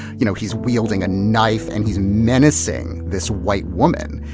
you know he's wielding a knife and he's menacing this white woman.